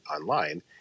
online